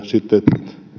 sitten